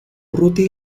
urrutia